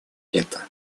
это